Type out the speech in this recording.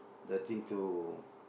the thing to